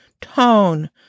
tone